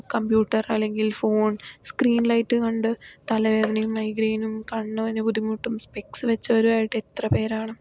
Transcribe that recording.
computer അല്ലെങ്കിൽ phone screen light കണ്ട് തലവേദനയും മൈഗ്രൈയിനും കണ്ണിന് ബുദ്ധിമുട്ടും സ്പെക്സ് വെച്ചവരുമായിട്ട് എത്ര പേരാണ്